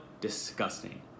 disgusting